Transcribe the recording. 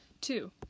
Two